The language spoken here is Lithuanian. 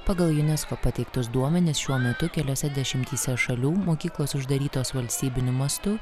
pagal unesco pateiktus duomenis šiuo metu keliose dešimtyse šalių mokyklos uždarytos valstybiniu mastu